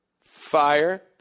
Fire